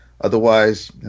otherwise